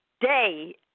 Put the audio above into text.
day